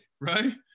right